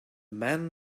men